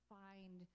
find